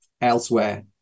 elsewhere